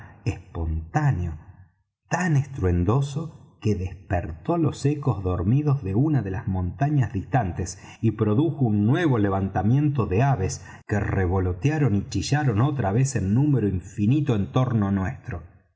espontáneo tan estruendoso que despertó los ecos dormidos de una de las montañas distantes y produjo un nuevo levantamiento de aves que revolotearon y chillaron otra vez en número infinito en torno nuestro